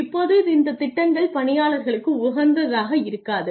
இப்போது இந்த திட்டங்கள் பணியாளர்களுக்கு உகந்ததாக இருக்காது